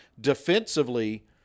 defensively